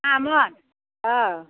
मामोन औ